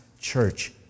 church